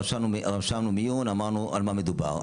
רשמנו מיון ואמרנו על מה מדובר.